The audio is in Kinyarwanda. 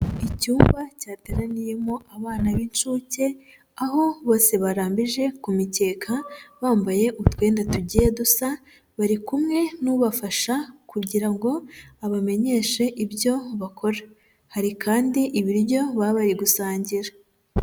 Icyumba cyateraniyemo abana b'incuke aho bose barambije kukeka bambaye utwenda tugiye dusa, bari kumwe n'ubafasha kugira ngo abamenyeshe ibyo bakora, hari kandi ibiryo baba gusangira.